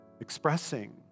expressing